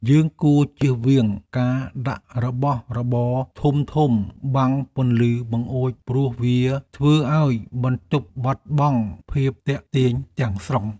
យើងគួរចៀសវាងការដាក់របស់របរធំៗបាំងពន្លឺបង្អួចព្រោះវាធ្វើឱ្យបន្ទប់បាត់បង់ភាពទាក់ទាញទាំងស្រុង។